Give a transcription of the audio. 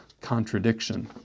contradiction